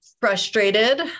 frustrated